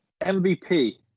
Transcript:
MVP